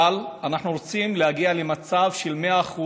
אבל אנחנו רוצים להגיע למצב של 100%,